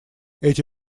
эти